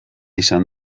izan